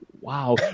wow